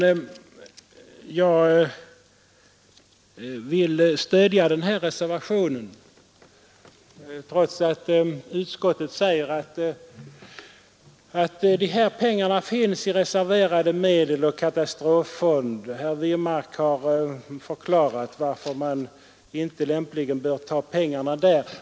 Jag vill stödja reservationen trots att utskottsmajoriteten säger att dessa pengar finns i form av reserverade medel och katastroffond. Herr Wirmark har förklarat varför man inte lämpligen bör ta pengarna där.